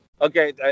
Okay